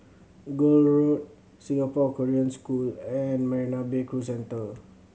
Gul Road Singapore Korean School and Marina Bay Cruise Centre